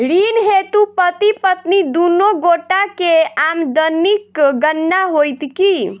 ऋण हेतु पति पत्नी दुनू गोटा केँ आमदनीक गणना होइत की?